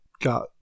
got